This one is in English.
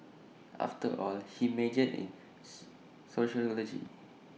after all he majored in sociology